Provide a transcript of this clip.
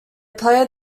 played